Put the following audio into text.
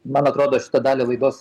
man atrodo šitą dalį laidos